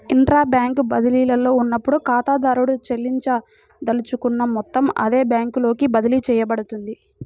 intra bank బదిలీలో ఉన్నప్పుడు, ఖాతాదారుడు చెల్లించదలుచుకున్న మొత్తం అదే బ్యాంకులోకి బదిలీ చేయబడుతుంది